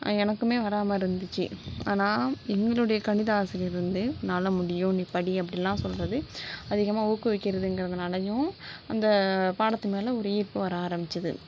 எனக்கும் வராமல் இருந்துச்சு ஆனால் எங்களுடைய கணித ஆசிரியர் வந்து உன்னால் முடியும் நீ படி அப்படில்லாம் சொல்கிறது அதிகமாக ஊக்குவிக்கிறதுங்குறதுனாலேயும் அந்த பாடத்து மேல் ஒரு ஈர்ப்பு வர ஆரம்பித்தது